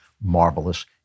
marvelous